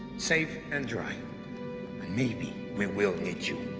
safe and dry. and maybe we will need you.